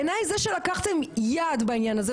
בעיניי זה שנתתם יד לדבר הזה,